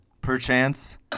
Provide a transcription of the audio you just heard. perchance